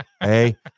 hey